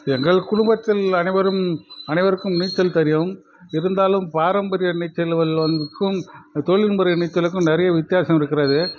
எங்கள் குடும்பத்தில் அனைவரும் அனைவருக்கும் நீச்சல் தெரியும் இருந்தாலும் பாராம்பரிய நீச்சல் தொழில் முறை நீச்சலுக்கும் நிறைய வித்தியாசம் இருக்கிறது